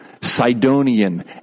Sidonian